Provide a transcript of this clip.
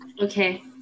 Okay